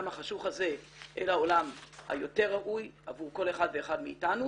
החשוך הזה אל העולם היותר ראוי עבור כל אחד ואחד מאתנו,